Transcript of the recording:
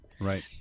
Right